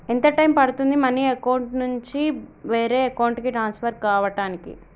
ఎంత టైం పడుతుంది money account నుంచి వేరే అకౌంట్ కి ట్రాన్స్ఫర్ కావటానికి?